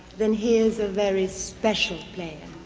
then here is a very special player